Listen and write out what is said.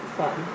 fun